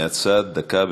הבעת דעה מהצד, דקה.